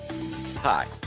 Hi